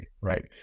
right